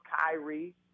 Kyrie